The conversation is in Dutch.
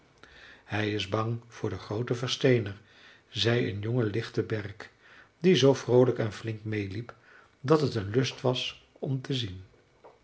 hij is bang voor den grooten versteener zei een jonge lichte berk die zoo vroolijk en flink meêliep dat het een lust was om te zien